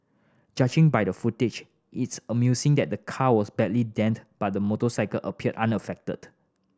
judging by the footage it's amusing that the car was badly dent but the motorcycle appeared unaffected